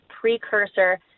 precursor